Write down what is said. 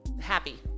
happy